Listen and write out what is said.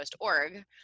org